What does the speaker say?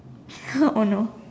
ya oh no